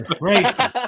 Great